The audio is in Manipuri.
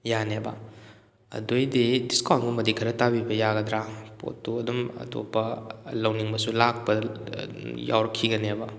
ꯌꯥꯅꯦꯕ ꯑꯗꯨꯑꯣꯏꯗꯤ ꯗꯤꯁꯀꯥꯎꯟꯒꯨꯝꯕꯗꯤ ꯈꯔ ꯇꯥꯕꯤꯕ ꯌꯥꯒꯗ꯭ꯔꯥ ꯄꯣꯠꯇꯣ ꯑꯗꯨꯝ ꯑꯇꯣꯞꯄ ꯂꯧꯅꯤꯡꯕꯁꯨ ꯂꯥꯛꯄ ꯌꯥꯎꯔꯛꯈꯤꯒꯅꯦꯕ